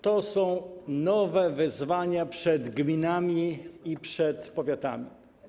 To są nowe wyzwania przed gminami i przed powiatami.